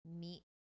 meet